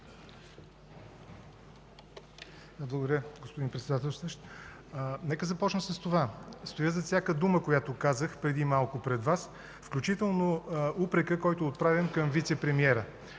Благодаря, господин Председателстващ. Нека започна с това – стоя зад всяка дума, която казах преди малко пред Вас, включително упрека, който отправям към вицепремиера.